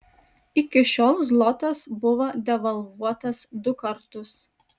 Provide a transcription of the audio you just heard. iki šiol zlotas buvo devalvuotas du kartus